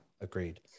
Agreed